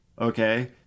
Okay